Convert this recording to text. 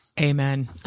Amen